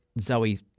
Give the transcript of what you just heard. Zoe